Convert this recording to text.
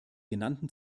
genannten